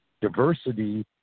diversity